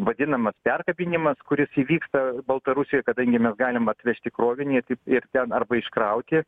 vadinamas perkabinimas kuris įvyksta baltarusijoj kadangi mes galim atvežti krovinį ir taip ir ten arba iškrauti